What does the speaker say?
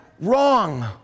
wrong